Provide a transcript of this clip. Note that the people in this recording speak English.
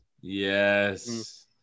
Yes